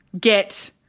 get